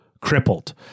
crippled